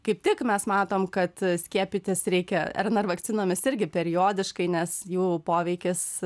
kaip tik mes matom kad skiepytis reikia rnr vakcinomis irgi periodiškai nes jų poveikis